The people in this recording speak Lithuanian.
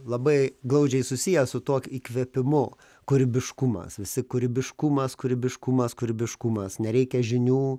labai glaudžiai susiję su tuo įkvėpimu kūrybiškumas visi kūrybiškumas kūrybiškumas kūrybiškumas nereikia žinių